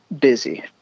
busy